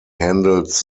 handles